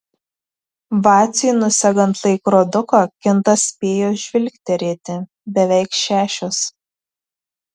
vaciui nusegant laikroduką kintas spėjo žvilgterėti beveik šešios